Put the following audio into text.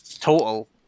total